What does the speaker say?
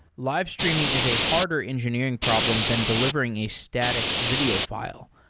live streaming is a harder engineering problem than delivering a static video file,